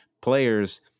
players